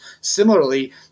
similarly